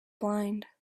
blind